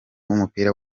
w’umupira